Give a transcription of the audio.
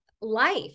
life